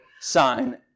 sign